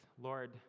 Lord